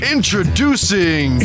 Introducing